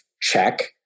check